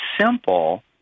simple